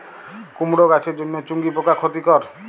কুমড়ো গাছের জন্য চুঙ্গি পোকা ক্ষতিকর?